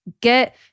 get